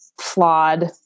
flawed